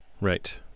Right